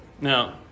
Now